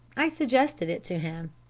i suggested it to him.